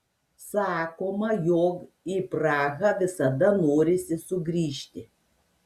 sakoma jog į prahą visada norisi sugrįžti